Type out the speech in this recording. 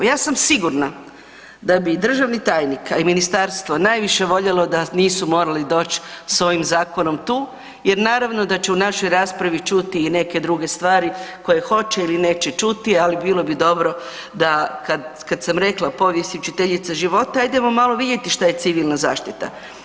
Ja sam sigurna da bi i državni tajnik a i ministarstvo najviše voljelo da nisu morali doći sa ovim zakonom tu, jer naravno da će u našoj raspravi čuti i neke druge stvari koje hoće ili neće čuti, ali bilo bi dobro kad sam rekla povijest je učiteljica života hajdemo malo vidjeti šta je Civilna zaštita.